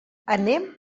anem